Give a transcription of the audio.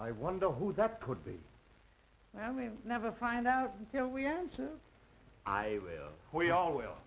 i wonder who that could be and i mean never find out until we answer i will we all will